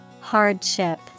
Hardship